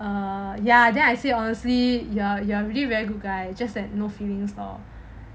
err ya then I say honestly you are you are really very good guy just that no feelings lor